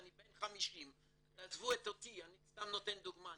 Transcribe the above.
אני בן 50, אני נותן דוגמה.